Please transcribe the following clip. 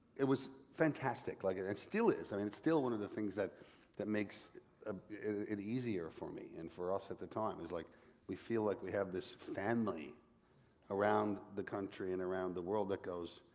it was fantastic, like and it still is, i mean it's still one of the things that that makes ah it it easier for me, and for us at the time, is like we feel like we have this family around the country and around the world that goes.